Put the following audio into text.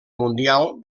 mundial